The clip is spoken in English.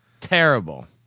Terrible